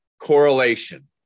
correlation